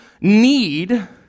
need